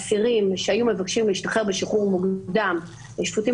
אסירים שהיו מבקשים להשתחרר בשחרור מוקדם ושפוטים